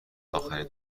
اخرین